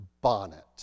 bonnet